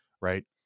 right